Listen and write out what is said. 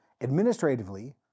administratively